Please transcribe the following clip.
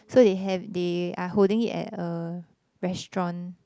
so they have they are holding it at a restaurant